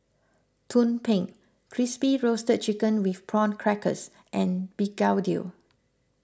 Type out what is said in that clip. Tumpeng Crispy Roasted Chicken with Prawn Crackers and Begedil